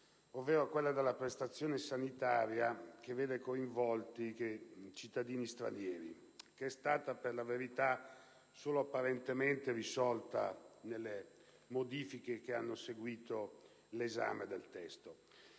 ovvero quella della prestazione sanitaria che vede coinvolti cittadini stranieri. Essa è stata, per la verità, solo apparentemente risolta nelle modifiche che hanno seguito l'esame del testo,